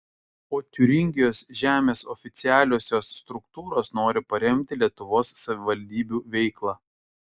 o tiūringijos žemės oficialiosios struktūros nori paremti lietuvos savivaldybių veiklą